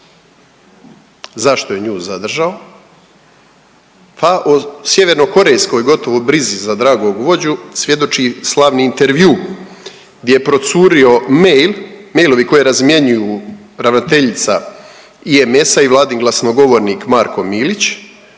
Zašto je nju zadržao? Pa o sjevernokorejsko gotovo brizi za dragog vođu svjedoči slavni intervju gdje je procurio mail, mailovi koje razmjenjuju ravnateljica IMS-a i Vladin glasnogovornik Marko Milić